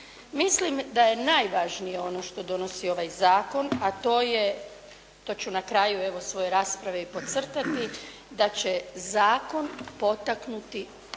Mislim da je najvažnije ono što donosi ovaj zakon, a to je, to ću na kraju evo svoje rasprave i podcrtati da će zakon potaknuti